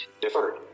Deferred